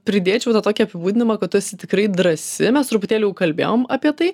pridėčiau tą tokį apibūdinimą kad tu esi tikrai drąsi mes truputėlį jau kalbėjom apie tai